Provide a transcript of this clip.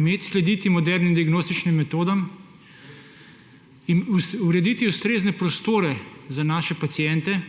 in slediti diagnostičnim metodam in urediti ustrezne prostore za naše paciente.